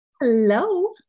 Hello